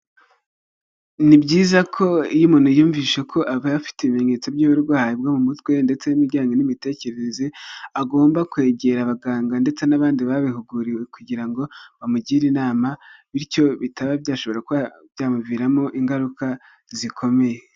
Ni byiza ko iyo umuntu yiyumvishe ko abaye afite ibimenyetso by'uburwayi bwo mu mutwe ndetse n'ibijyanye n'imitekerereze, agomba kwegera abaganga ndetse n'abandi babihuguriwe, kugira ngo bamugire inama bityo bitaba byashobora kuba byamuviramo ingaruka zikomeye.